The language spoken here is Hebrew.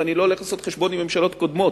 ואני לא הולך לעשות חשבון עם ממשלות קודמות,